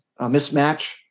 mismatch